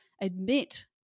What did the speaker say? admit